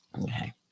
Okay